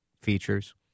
features